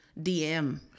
dm